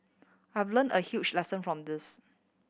I've learnt a huge lesson from this